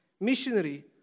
missionary